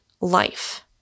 life